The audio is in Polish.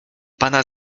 pana